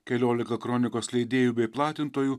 keliolika kronikos leidėjų bei platintojų